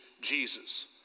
Jesus